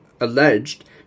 alleged